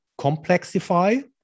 complexify